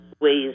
ways